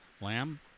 Lamb